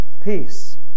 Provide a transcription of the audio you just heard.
peace